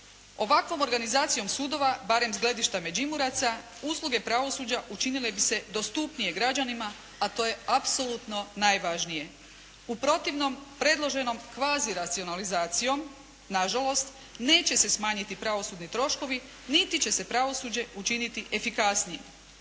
Ovakvom organizacijom sudova barem s gledišta Međimuraca. Usluge pravosuđa učinile bi se dostupnije građanima, a to je apsolutno najvažnije. U protivnom predloženom kvazi racionalizacijom na žalost, neće se smanjiti pravosudni troškovi niti će se pravosuđe učiniti efikasnije.